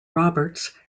roberts